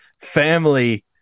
Family